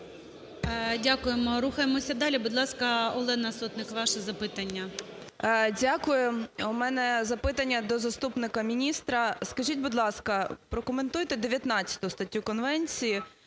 Дякуємо. Рухаємося далі. Будь ласка, Олена Сотник, ваше запитання. 11:01:41 СОТНИК О.С. Дякую. У мене запитання до заступника міністра. Скажіть, будь ласка, прокоментуйте 19 статтю конвенції